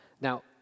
Now